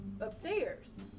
upstairs